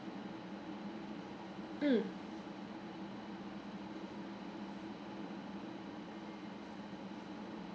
mm